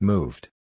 Moved